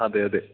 അതെ അതെ